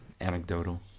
anecdotal